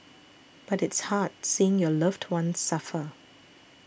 but it's hard seeing your loved one suffer